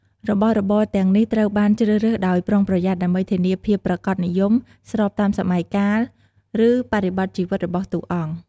របស់របរទាំងនេះត្រូវបាន ជ្រើសរើសដោយប្រុងប្រយ័ត្នដើម្បីធានាភាពប្រាកដនិយម ស្របតាមសម័យកាល ឬបរិបទជីវិតរបស់តួអង្គ។